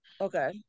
okay